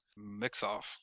Mixoff